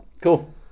Cool